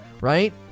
right